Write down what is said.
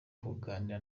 kuganira